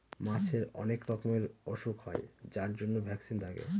মাছের অনেক রকমের ওসুখ হয় যার জন্য ভ্যাকসিন থাকে